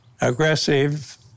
aggressive